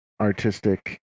artistic